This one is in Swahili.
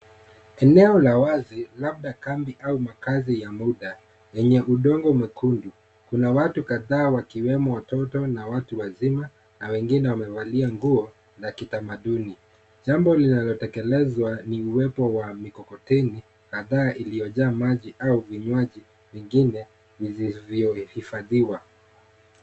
Eneo la wazi labda kampi au makazi ya muda yenye udongo mwekundu. Kuna watu kadhaa wakiwemo watoto na watu wazima na wengine wamevalia nguo la kitamaduni. Jambo la lilnalotekelezwa ni huwepo wa mikokoteni na taa iliyojaa maji au vinywaji vingine visivyohifadhiwa